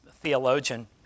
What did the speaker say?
theologian